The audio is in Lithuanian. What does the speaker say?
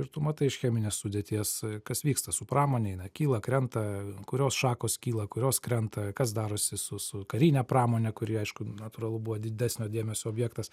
ir tu matai iš cheminės sudėties kas vyksta su pramone jina kyla krenta ant kurios šakos kyla kurios krenta kas darosi su su karine pramone kuri aišku natūralu buvo didesnio dėmesio objektas